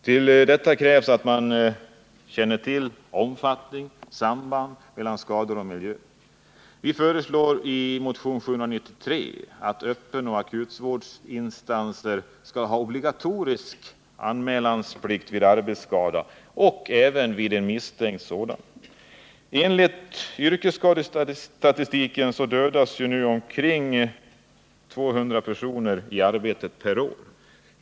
För detta krävs att man känner till skadornas omfattning och sambandet mellan skador och miljö. Vi föreslår i motion 793 att öppenoch akutvårdsinstanser skall ha obligatorisk anmälningsplikt vid arbetsskada, även vid misstänkt sådan. Enligt yrkesskadestatistiken dödas nu omkring 200 personer i arbetet per år.